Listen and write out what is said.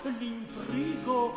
l'intrigo